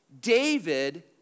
David